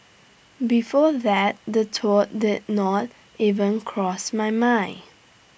before that the thought did not even cross my mind